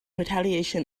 retaliation